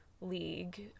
league